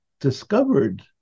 discovered